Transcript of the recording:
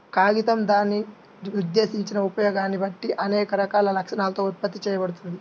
కాగితం దాని ఉద్దేశించిన ఉపయోగాన్ని బట్టి అనేక రకాల లక్షణాలతో ఉత్పత్తి చేయబడుతుంది